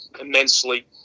immensely